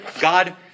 God